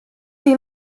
they